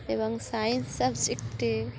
এবং সায়েন্স সাবজেক্টে